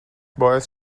باعث